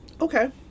Okay